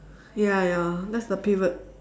ya ya that's the pivot